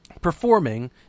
performing